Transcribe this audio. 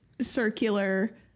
circular